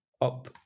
up